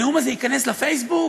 הנאום הזה ייכנס לפייסבוק?